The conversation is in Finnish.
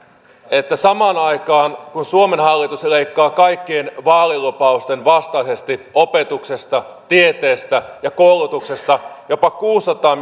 että samaan aikaan kun suomen hallitus leikkaa kaikkien vaalilupausten vastaisesti opetuksesta tieteestä ja koulutuksesta jopa kuusisataa